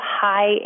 high